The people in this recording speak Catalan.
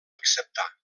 acceptà